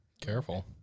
Careful